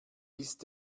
ist